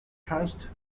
trust